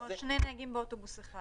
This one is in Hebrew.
כלומר, שני נהגים באוטובוס אחד.